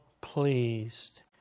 pleased